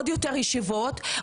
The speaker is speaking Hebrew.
ישיבות,